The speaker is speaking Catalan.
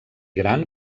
gran